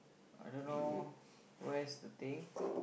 I don't know where's the thing